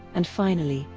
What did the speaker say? and finally,